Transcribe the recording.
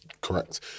correct